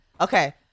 Okay